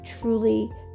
truly